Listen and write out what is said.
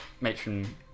Matron